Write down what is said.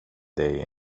dig